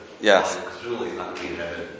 Yes